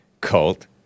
Cult